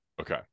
okay